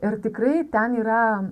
ir tikrai ten yra